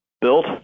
built